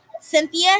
Cynthia